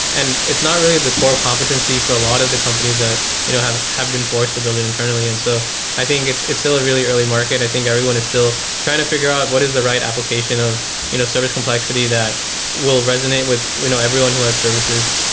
and it's not really the core competency for a lot of the companies that you know have have been forced to build it internally. and so i think it's it's still a really early market. i think everyone is still trying to figure out what is the right application of you know service complexity that will resonate with you know everyone who has services.